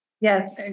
Yes